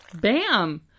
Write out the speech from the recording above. Bam